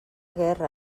guerra